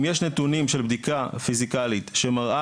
אם יש נתונים של בדיקה פיזיקלית שמראה